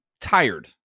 tired